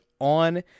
on